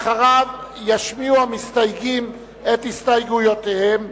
אחריו ישמיעו המסתייגים את הסתייגויותיהם,